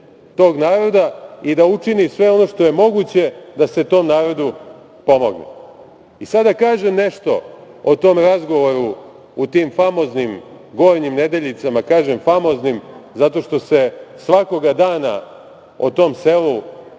i da učini sve ono što je moguće da se tom narodu pomogne. Sad da kažem nešto o tom razgovoru u tim famoznim Gornjim Nedeljicama, kažem famoznim, zato što se svakoga dana o tom selu